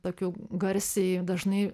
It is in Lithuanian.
tokių garsiai dažnai